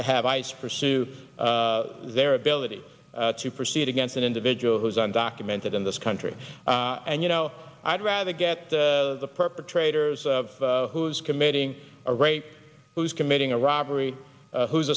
to have ice pursue their ability to proceed against an individual who's on documented in this country and you know i'd rather get the perpetrators of who's committing a rate who's committing a robbery who's